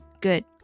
good